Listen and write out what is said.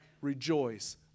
rejoice